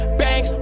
bang